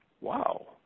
wow